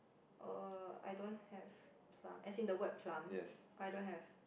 oh I don't have plum as in the word plum I don't have